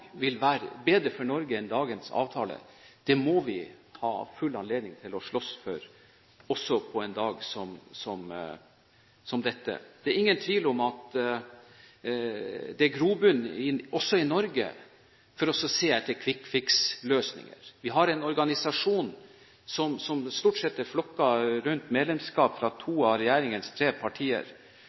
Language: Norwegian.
bedre for Norge enn dagens avtale. Det må de ha full anledning til å slåss for, også på en dag som denne. Det er ingen tvil om at det er grobunn også i Norge for å se etter «quick fix»-løsninger. Vi har en organisasjon som to av regjeringens tre partier, stort sett, er flokket rundt medlemskap